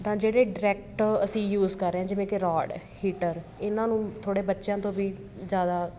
ਤਾਂ ਜਿਹੜੇ ਡਰੈਕਟ ਅਸੀਂ ਯੂਸ ਕਰ ਰਹੇ ਹਾਂ ਜਿਵੇਂ ਕਿ ਰੋਡ ਹੈ ਹੀਟਰ ਇਹਨਾਂ ਨੂੰ ਥੋੜ੍ਹੇ ਬੱਚਿਆਂ ਤੋਂ ਵੀ ਜ਼ਿਆਦਾ